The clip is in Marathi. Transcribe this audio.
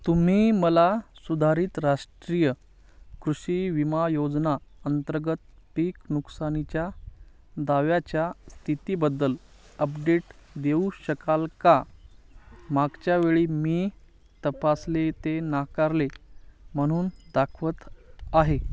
तुम्ही मला सुधारित राष्ट्रीय कृषी विमा योजना अंतर्गत पीक नुकसानीच्या दाव्याच्या स्थितीबद्दल अपडेट देऊ शकाल का मागच्या वेळी मी तपासले ते नाकारले म्हणून दाखवत आहे